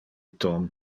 tom